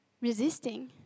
resisting